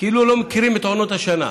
כאילו אנו לא מכירים את עונות השנה.